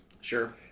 Sure